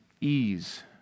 ease